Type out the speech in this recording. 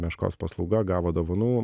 meškos paslauga gavo dovanų